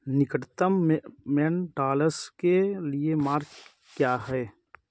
निकटतम मेन मेंडालस के लिए मार्ग क्या है